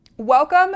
Welcome